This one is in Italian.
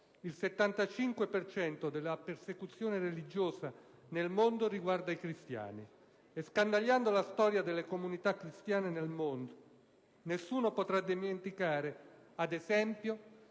cento delle persecuzioni religiose nel mondo riguarda i cristiani. E scandagliando la storia delle comunità cristiane nel mondo, nessuno potrà dimenticare, ad esempio,